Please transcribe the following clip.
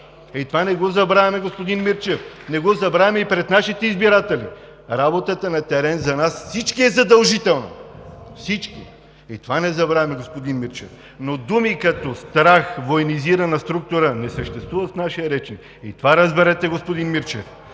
И това не го забравяме, господин Мирчев. Не го забравяме и пред нашите избиратели. Работата на терен за нас всички е задължителна. Всички! И това не забравяме, господин Мирчев! Но думи като „страх“, „военизирана структура“ не съществуват в нашия речник. И това разберете, господин Мирчев!